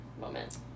moment